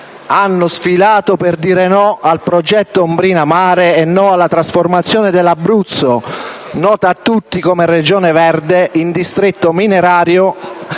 hanno sfilato per dire no al progetto "Ombrina Mare" e no alla trasformazione dell'Abruzzo, nota a tutti come Regione verde, in distretto minerario.